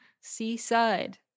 seaside